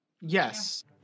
Yes